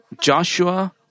Joshua